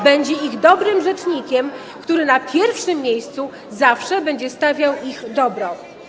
Będzie ich dobrym rzecznikiem, który na pierwszym miejscu zawsze będzie stawiał ich dobro.